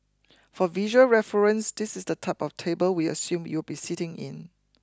for visual reference this is the type of table we assume you will be sitting in